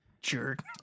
Jerk